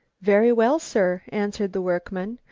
very well, sir, answered the workman.